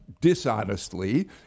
dishonestly